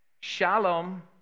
Shalom